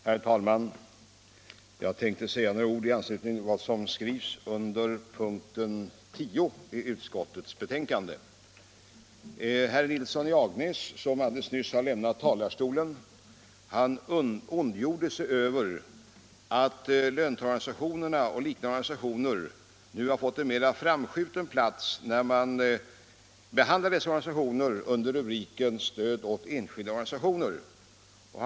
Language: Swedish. Herr talman! Jag tänkte säga några ord i anslutning till vad som skrivs under punkten 10 i utskottets betänkande. Herr Nilsson i Agnäs, som alldeles nyss lämnat talarstolen, ondgjorde sig över att löntagarorganisationerna och studieförbunden nu har fått en mer framskjuten plats vid fördelningen av medlen under rubriken Stöd till enskilda organisationers verksamhet.